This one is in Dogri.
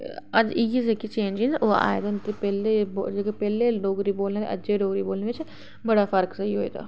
ते इ'यै जेह्की चेंजिंग ओह् आवा दी ऐ पैह्लें दे जेह्के पैह्लें दे डोगरी बोलदे च ते अज्ज दे डोगरी बोलने च बड़ा फर्क सेही होआ दा